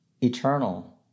eternal